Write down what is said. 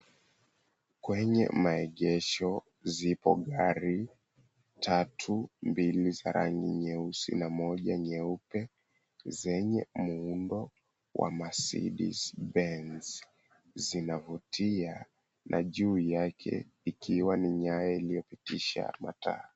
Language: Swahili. Kwenye maegesho zipo gari tatu. Mbili za rangi nyeusi na moja nyeupe zenye muundo wa Marcedes-Benz zinavutia na juu yake ikiwa ni nyaya iliyopitisha mataa.